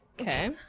Okay